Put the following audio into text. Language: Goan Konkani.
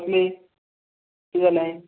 कसली किदें जालें